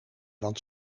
want